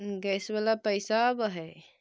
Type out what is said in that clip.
Gas वाला पैसा आव है?